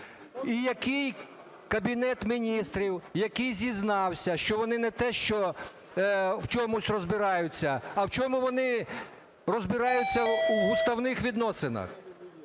І Кабінет Міністрів, який зізнався, що вони не те, що в чомусь розбираються, а в чому вони розбираються в уставних відносинах.